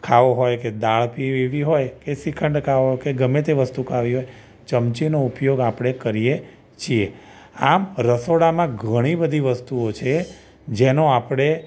ખાવો હોય કે દાળ પીવી હોય કે શ્રીખંડ ખાવો કે ગમે તે વસ્તુ ખાવી હોય ચમચીનો ઉપયોગ આપણે કરીએ છીએ આમ રસોડામાં ઘણી બધી વસ્તુઓ છે જેનો આપણે